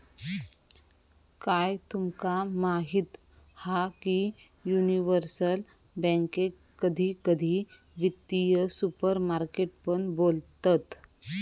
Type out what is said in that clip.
काय तुमका माहीत हा की युनिवर्सल बॅन्केक कधी कधी वित्तीय सुपरमार्केट पण बोलतत